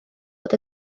fod